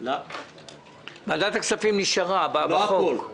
ועדת הכספים נשארה בחוק.